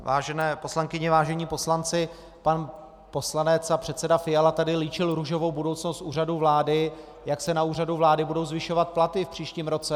Vážené poslankyně, vážení poslanci, pan poslanec a předseda Fiala tady líčil růžovou budoucnost Úřadu vlády, jak se na Úřadu vlády budou zvyšovat platy v příštím roce.